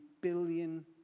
billion